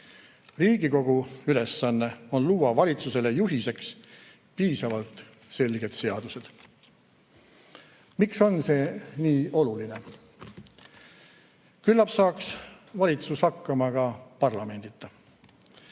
Riigikogu ülesanne on luua valitsusele juhiseks piisavalt selged seadused. Miks on see nii oluline? Küllap saaks valitsus hakkama ka parlamendita.